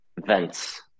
Vents